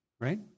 right